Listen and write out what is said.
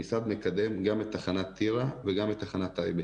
המשרד מקדם גם את תחנת טירה וגם את תחנת טייבה.